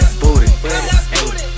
booty